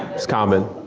it's common.